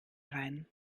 rein